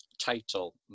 title